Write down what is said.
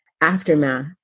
Aftermath